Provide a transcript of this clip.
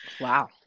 Wow